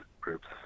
groups